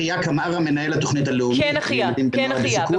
כן בבקשה.